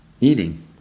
eating